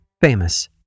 famous